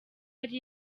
ari